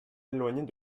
éloignées